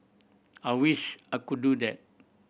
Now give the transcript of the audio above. I wish I could do that